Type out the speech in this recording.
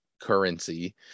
currency